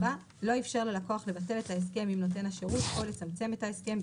לא איפשר ללקוח לבטל אל ההסכם עם נותן השירות או לצמצם את ההסכם,